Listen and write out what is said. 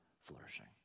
flourishing